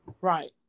Right